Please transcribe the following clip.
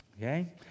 Okay